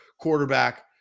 quarterback